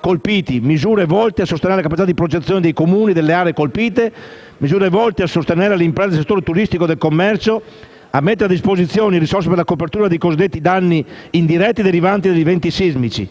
colpiti, misure volte a sostenere le capacità di progettazione dei Comuni nelle aree colpite, misure volte a sostenere ulteriormente le imprese del settore turistico e del commercio, a mettere a disposizione maggiori risorse per la copertura dei cosiddetti danni indiretti derivanti dagli eventi sismici,